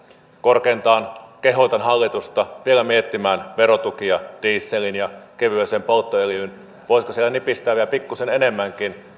korkeintaan kehotan hallitusta vielä miettimään verotukia dieseliin ja kevyeen polttoöljyyn voisiko siellä nipistää vielä pikkuisen enemmänkin